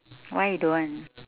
why you don't want